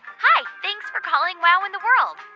hi, thanks for calling wow in the world.